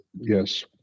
Yes